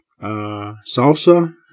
salsa